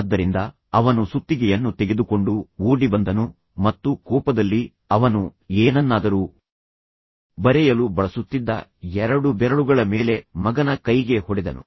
ಆದ್ದರಿಂದ ಅವನು ಸುತ್ತಿಗೆಯನ್ನು ತೆಗೆದುಕೊಂಡು ಓಡಿ ಬಂದನು ಮತ್ತು ಕೋಪದಲ್ಲಿ ಅವನು ಏನನ್ನಾದರೂ ಬರೆಯಲು ಬಳಸುತ್ತಿದ್ದ ಎರಡು ಬೆರಳುಗಳ ಬೆರಳುಗಳ ಮೇಲೆ ಮಗನ ಕೈಗೆ ಹೊಡೆದನು